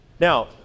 Now